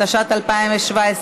התשע"ט 2018,